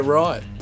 right